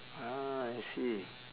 ah I see